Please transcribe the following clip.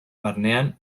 barnean